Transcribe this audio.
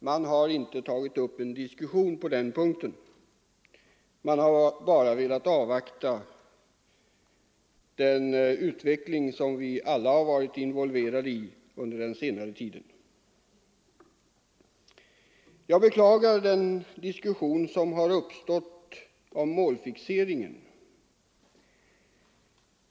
Man har inte tagit upp någon diskussion på den punkten; man har bara velat avvakta den senaste tidens utveckling. Jag beklagar den diskussion som har uppstått om målfixeringen.